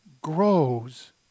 grows